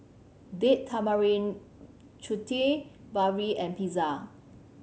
Date Tamarind Chutney Barfi and Pizza